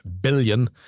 billion